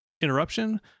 interruption